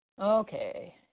Okay